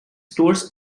stores